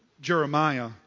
Jeremiah